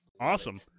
Awesome